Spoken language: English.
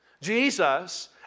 Jesus